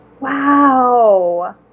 Wow